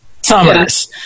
Summers